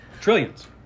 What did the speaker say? Trillions